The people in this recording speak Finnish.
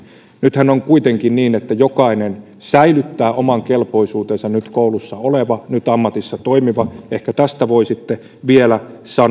nythän on kuitenkin niin että jokainen säilyttää oman kelpoisuutensa nyt koulussa oleva nyt ammatissa toimiva ehkä tästä voisitte vielä